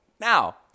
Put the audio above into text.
Now